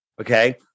Okay